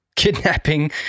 Kidnapping